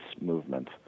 movement